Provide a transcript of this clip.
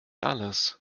alles